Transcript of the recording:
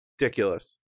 Ridiculous